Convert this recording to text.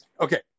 Okay